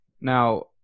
Now